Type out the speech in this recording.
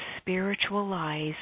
spiritualize